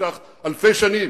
שנמשך אלפי שנים,